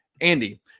Andy